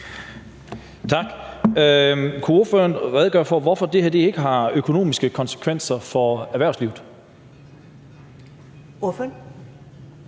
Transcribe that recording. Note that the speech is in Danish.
Tak. Kunne ordføreren redegøre for, hvorfor det her ikke har økonomiske konsekvenser for erhvervslivet? Kl.